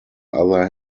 other